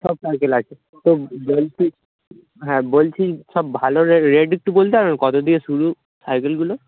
সব সাইকেল আছে তো বলছি হ্যাঁ বলছি সব ভালো রেট রেট একটু বলতে কতো দিয়ে শুরু সাইকেলগুলো